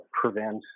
prevent